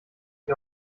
ich